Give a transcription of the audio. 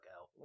out